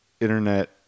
internet